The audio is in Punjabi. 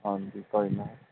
ਹਾਂਜੀ ਕੋਈ ਨਾ